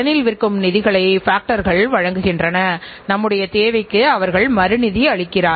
எனவே திறன் அடிப்படையிலான நடவடிக்கைகள் சதவீதம் போன்றவை அவர்களுக்கு மிக முக்கியமானதாக இருக்கலாம்